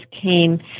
came